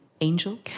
angel